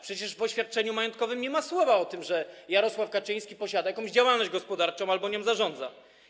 Przecież w oświadczeniu majątkowym nie ma słowa o tym, że Jarosław Kaczyński posiada działalność gospodarczą albo nią zarządza.